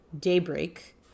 Daybreak